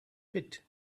pit